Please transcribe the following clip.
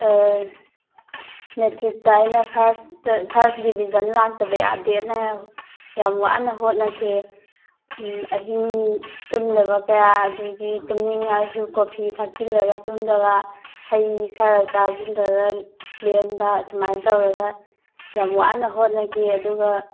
ꯃꯦꯇ꯭ꯔꯤꯛꯇ ꯑꯩꯅ ꯐꯔꯁꯇ ꯐꯔꯁ ꯗꯤꯕꯤꯖꯟ ꯂꯥꯛꯇꯕ ꯌꯥꯗꯦꯅ ꯌꯥꯝ ꯋꯥꯅ ꯍꯣꯠꯅꯈꯤ ꯑꯍꯤꯡ ꯇꯨꯝꯗꯕ ꯀꯌꯥ ꯑꯗꯒꯤ ꯇꯨꯝꯅꯤꯡꯉꯛꯑꯁꯨ ꯀꯣꯐꯤ ꯊꯛꯆꯤꯜꯂꯒ ꯇꯨꯝꯗꯕ ꯍꯩ ꯈꯔ ꯆꯥꯁꯤꯜꯂꯕ ꯂꯦꯟꯕ ꯁꯨꯃꯥꯏ ꯇꯧꯔꯒ ꯌꯥꯝ ꯋꯥꯅ ꯈꯣꯠꯅꯈꯤ ꯑꯗꯨꯒ